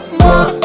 more